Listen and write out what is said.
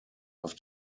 auf